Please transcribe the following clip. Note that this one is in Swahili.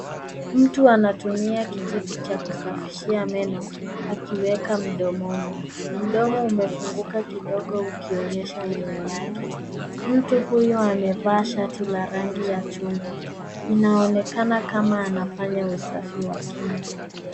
Mtu anatumia kijiti cha kusafishia meno, akiweka mdomoni. Mdomo umefunguka kidogo ukionyesha meno yake. Mtu huyu amevaa shati la rangi ya chungwa, inaonekana kama anafanya kazi ya usafi wa kinywa.